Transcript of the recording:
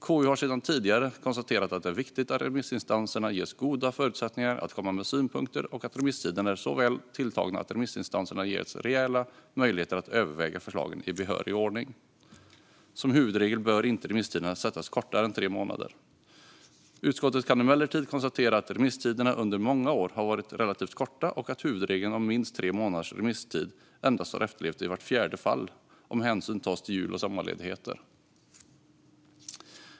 KU har sedan tidigare konstaterat att det är viktigt att remissinstanserna ges goda förutsättningar att komma med synpunkter och att remisstiderna är så väl tilltagna att remissinstanserna ges reella möjligheter att överväga förslagen i behörig ordning. Som huvudregel bör remisstiden inte sättas kortare än tre månader. Utskottet kan emellertid konstatera att remisstiderna under många år har varit relativt korta och att huvudregeln om minst tre månaders remisstid endast har efterlevts i vart fjärde fall, om hänsyn tas till jul och sommarledigheter.